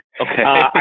Okay